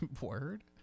Word